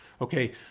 Okay